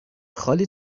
خالی